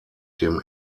dem